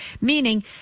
meaning